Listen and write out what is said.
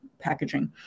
packaging